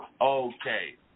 Okay